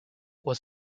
was